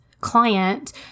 client